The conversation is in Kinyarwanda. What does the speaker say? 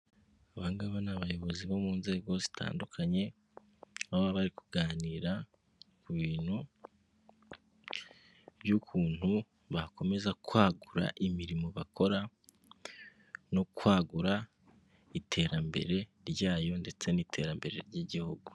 Aba ngaba ni abayobozi bo mu nzego zitandukanye, baba bari kuganira ku bintu by'ukuntu bakomeza kwagura imirimo bakora no kwagura iterambere ryayo ndetse n'iterambere ry'igihugu.